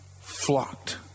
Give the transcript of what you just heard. flocked